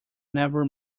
never